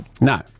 No